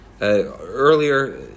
earlier